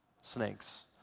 snakes